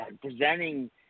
presenting